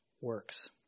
works